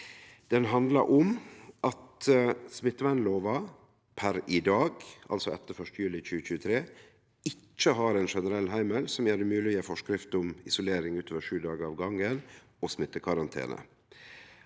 Ho handlar om at smittevernlova per i dag – altså etter 1. juli 2023 – ikkje har ein generell heimel som gjer det mogleg å gje forskrift om isolering utover sju dagar av gongen og smittekarantene,